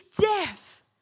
death